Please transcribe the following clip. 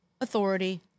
authority